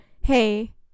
hey